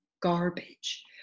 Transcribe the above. garbage